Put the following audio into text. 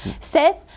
Seth